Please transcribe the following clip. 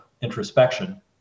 introspection